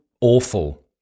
awful